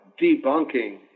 debunking